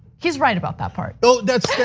he's right about that part. that's